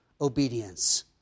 obedience